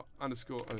underscore